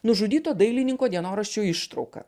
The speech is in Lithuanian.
nužudyto dailininko dienoraščio ištrauka